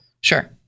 Sure